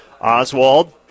Oswald